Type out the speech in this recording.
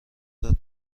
داد